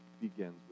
begins